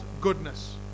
goodness